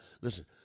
Listen